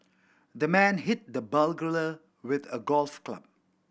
the man hit the burglar with a golf club